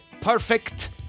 perfect